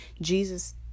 Jesus